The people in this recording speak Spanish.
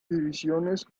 divisiones